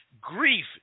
grief